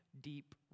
deep